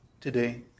today